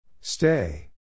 Stay